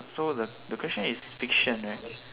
so the the question is fiction right